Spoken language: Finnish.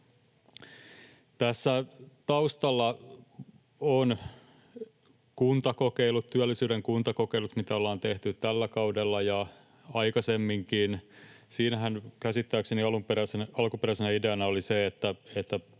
Tässä taustalla on työllisyyden kuntakokeilut, mitä ollaan tehty tällä kaudella ja aikaisemminkin. Siinähän käsittääkseni alkuperäisenä ideana oli se,